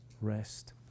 rest